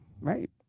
right